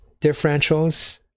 differentials